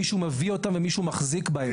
מישהו מביא אותם ומישהו מחזיק בהם.